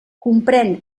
comprén